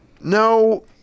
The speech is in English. No